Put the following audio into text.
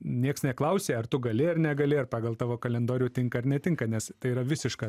nieks neklausė ar tu gali ar negali ar pagal tavo kalendorių tinka ar netinka nes tai yra visiška